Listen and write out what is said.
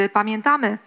pamiętamy